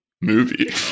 movie